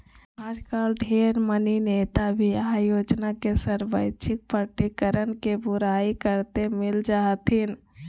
आजकल ढेर मनी नेता भी आय योजना के स्वैच्छिक प्रकटीकरण के बुराई करते मिल जा हथिन